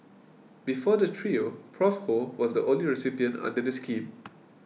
before the trio Prof Ho was the only recipient under the scheme